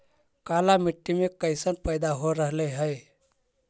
काला मिट्टी मे कैसन पैदा हो रहले है?